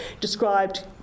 described